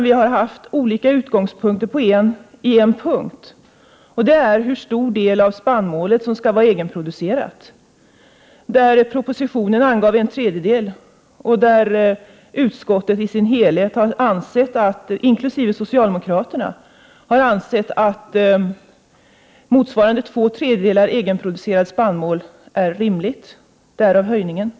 Vi har haft olika utgångspunkter endast när det gäller frågan om hur stor del av spannmålet som skall vara egenproducerat. Propositionen angav en tredjedel, och utskottet, inkl. socialdemokraterna, har ansett att två tredjedelar egenproducerat spannmål är en rimlig andel — därav 39 höjningen. Prot.